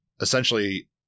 essentially